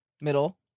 middle